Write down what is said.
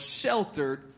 sheltered